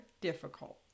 difficult